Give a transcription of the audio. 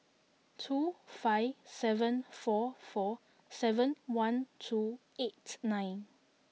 two five seven four four seven one two eight nine